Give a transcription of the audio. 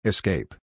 Escape